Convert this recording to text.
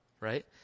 right